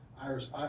Iris